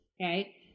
Okay